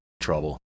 trouble